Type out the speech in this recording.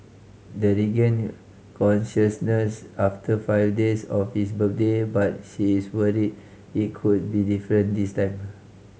the regained consciousness after five days of his birthday but she is worried it could be different this time